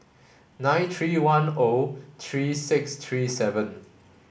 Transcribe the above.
nine three one O three six three seven